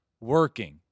working